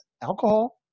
alcohol